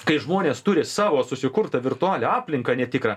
kai žmonės turi savo susikurtą virtualią aplinką netikrą